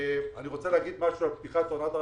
אני רוצה להגיד משהו על פתיחת עונת הרחצה,